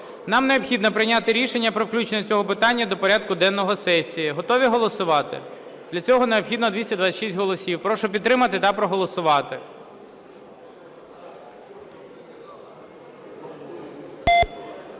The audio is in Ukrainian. Нам необхідно прийняти рішення про включення цього питання до порядку денного сесії. Готові голосувати? Для цього необхідно 226 голосів. Прошу підтримати та проголосувати.